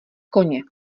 koně